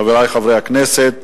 חברי חברי הכנסת,